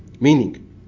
Meaning